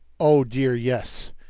oh, dear, yes.